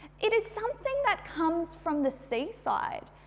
it is something that comes from the seaside.